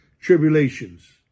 tribulations